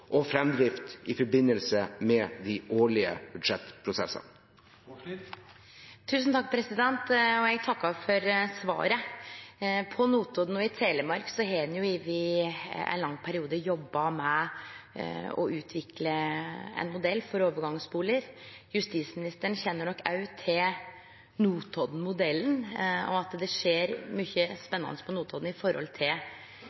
og fremdrift i forbindelse med de årlige budsjettprosessene. Eg takkar for svaret. På Notodden og i Telemark har me over ein lang periode jobba med å utvikle ein modell for overgangsbustader. Justis- og beredskapsministeren kjenner nok også til Notodden-modellen og at det skjer mykje